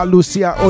Lucia